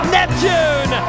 Neptune